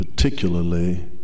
Particularly